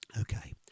Okay